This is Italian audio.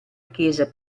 chiesa